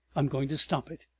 i'm going to stop it.